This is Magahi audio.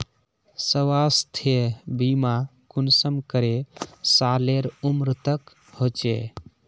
स्वास्थ्य बीमा कुंसम करे सालेर उमर तक होचए?